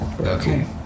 Okay